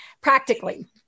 practically